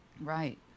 Right